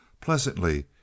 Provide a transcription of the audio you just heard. pleasantly